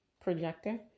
projector